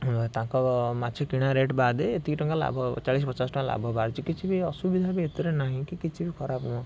ହଁ ତାଙ୍କ ମାଛ କିଣା ରେଟ୍ ବାଦ୍ ଏତିକି ଟଙ୍କା ଲାଭ ହେବ ଚାଳିଶ ପଚାଶ ଟଙ୍କା ଲାଭ ବାହାରିଛି କିଛି ବି ଅସୁବିଧା ବି ଏଥିରେ ନାହିଁ କି କିଛି ବି ଖରାପ ନୁହଁ